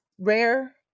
rare